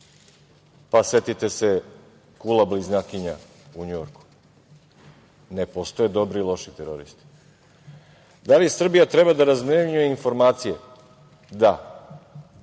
Setite se kula bliznakinja u Njujorku. Ne postoje dobri i loši teroristi. Da li Srbija treba da razmenjuje informacije? Da. Na